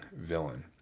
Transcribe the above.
villain